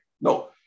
No